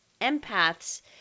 empaths